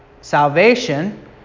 salvation